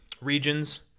regions